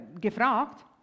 gefragt